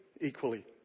equally